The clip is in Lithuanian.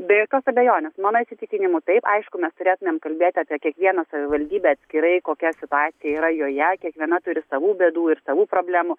be jokios abejonės mano įsitikinimu taip aišku mes turėtumėm kalbėti apie kiekvieną savivaldybę atskirai kokia situacija yra joje kiekviena turi savų bėdų ir savų problemų